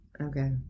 okay